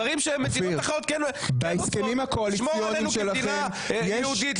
לשמור עלינו כמדינה יהודית,